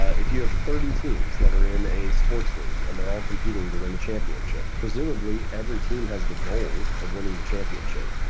if you have thirty teams that are in a sports league and they're all competing to win the championship, presumably every team has the goal of winning the championship.